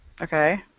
Okay